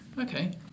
Okay